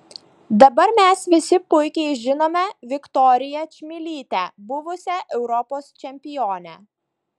dabar mes visi puikiai žinome viktoriją čmilytę buvusią europos čempionę